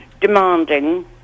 demanding